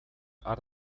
har